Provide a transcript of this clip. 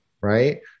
right